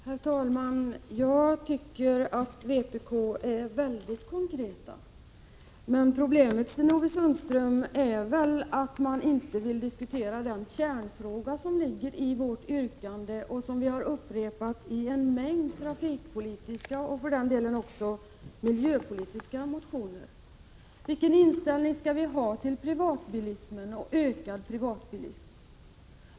Herr talman! Jag tycker att vpk:s krav är väldigt konkreta. Problemet, Sten-Ove Sundström, är väl att man inte vill diskutera den kärnfråga som ligger i vårt yrkande och som vi upprepat i en mängd trafikpolitiska och för den delen även miljöpolitiska motioner. Vilken inställning skall vi ha till privatbilismen och ökad bilism?